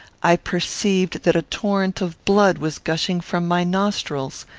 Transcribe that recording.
i perceived that a torrent of blood was gushing from my nostrils.